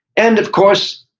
and, of course,